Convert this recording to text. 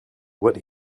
what